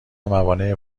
موانع